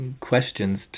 questions